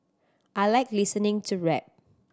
I like listening to rap